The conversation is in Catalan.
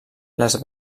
les